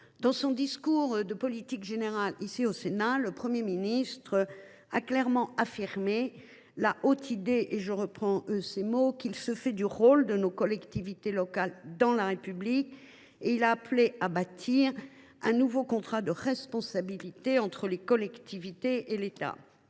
Dans son discours de politique générale ici, au Sénat, le Premier ministre a clairement exprimé la haute idée qu’il se fait du rôle de nos collectivités locales dans la République. Il a appelé à bâtir un « nouveau contrat de responsabilités entre les collectivités